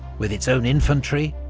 with its own infantry,